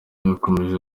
yakomeje